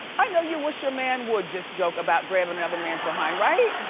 i know you wish your man would just joke about grabbing another man's behind, right?